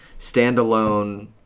standalone